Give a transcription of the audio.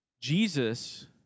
Jesus